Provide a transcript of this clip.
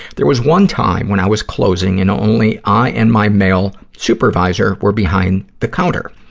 there was one time when i was closing, and only i and my male supervisor were behind the counter.